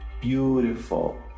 beautiful